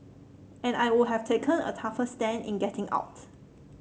and I would have taken a tougher stand in getting out